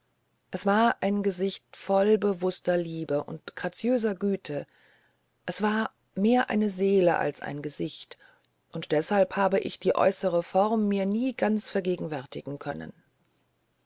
es war ein gesicht voll bewußter liebe und graziöser güte es war mehr eine seele als ein gesicht und deshalb habe ich die äußere form mir nie ganz vergegenwärtigen können